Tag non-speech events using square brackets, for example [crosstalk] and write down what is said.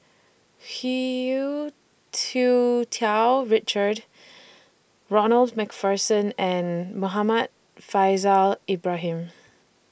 [unintelligible] Tsu Tau Richard Ronald MacPherson and Muhammad Faishal Ibrahim